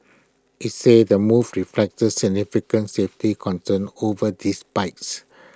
it's said the move reflects the significant safety concerns over these bikes